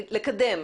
לקדם,